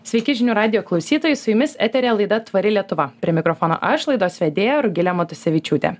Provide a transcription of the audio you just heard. sveiki žinių radijo klausytojai su jumis eteryje laida tvari lietuva prie mikrofono aš laidos vedėja rugilė matusevičiūtė